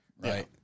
Right